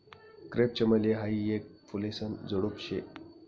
crepe चमेली हायी येक फुलेसन झुडुप शे